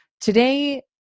today